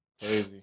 Crazy